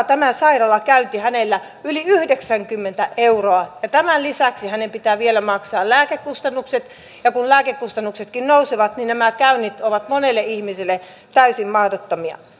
tämä sairaalakäynti maksaa hänelle yli yhdeksänkymmentä euroa ja tämän lisäksi hänen pitää vielä maksaa lääkekustannukset ja kun lääkekustannuksetkin nousevat niin nämä käynnit ovat monelle ihmiselle täysin mahdottomia